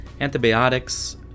antibiotics